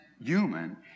human